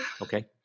okay